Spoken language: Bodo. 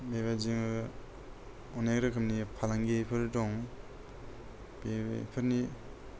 बेबादिनो अनेख रोखोमनि फालांगिफोर दं बेफोरनि